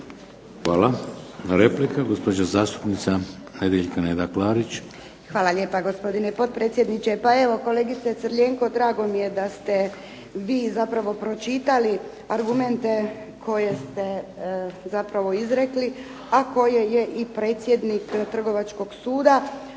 Hvala. Replika, gospođa zastupnica Neda Klarić. **Klarić, Nedjeljka (HDZ)** Hvala lijepa gospodine potpredsjedniče. Pa evo kolegice Crljenko drago mi je da ste vi zapravo pročitali argumente koje ste zapravo izrekli, a koje je i predsjednik Trgovačkog suda